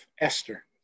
Esther